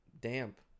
damp